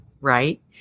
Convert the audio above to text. right